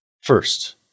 First